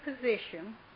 position